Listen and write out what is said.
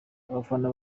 abafana